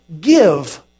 give